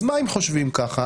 אז מה אם חושבים כך?